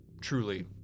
truly